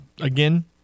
again